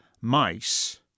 mice